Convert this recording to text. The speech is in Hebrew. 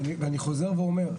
ואני חוזר ואומר,